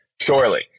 surely